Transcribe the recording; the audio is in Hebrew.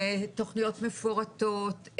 תכניות מפורטות,